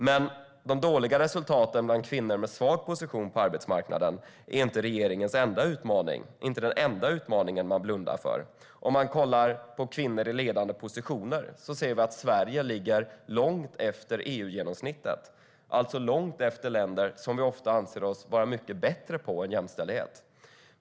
Men de dåliga resultaten bland kvinnor med svag position på arbetsmarknaden är inte den enda utmaning som regeringen blundar för. Om man kollar på kvinnor i ledande positioner ser man att Sverige ligger långt efter EU-genomsnittet, alltså långt efter länder som vi ofta anser oss vara mycket bättre än på jämställdhet.